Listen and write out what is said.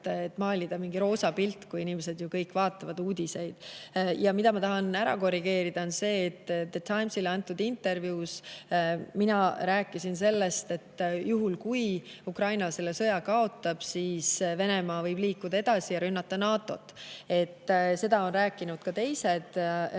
maalida mingi roosa pilt, kui kõik inimesed vaatavad uudiseid? Ma tahan ära korrigeerida, et The Timesile antud intervjuus ma rääkisin sellest, et juhul kui Ukraina selle sõja kaotab, võib Venemaa liikuda edasi ja rünnata NATO‑t. Seda on rääkinud ka teised,